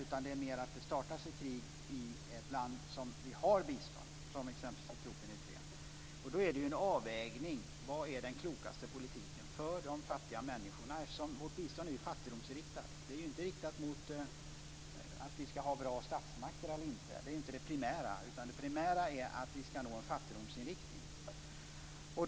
Det handlar mer om att det startas ett krig i ett land som redan får bistånd, t.ex. Etiopen och Då får man göra en avvägning av vilken politik som är den klokaste för de fattiga människorna. Vårt bistånd är ju inte riktat mot att åstadkomma bra statsmakter. Det är inte det primära. Det primära är att vi ska nå en fattigdomsinriktning.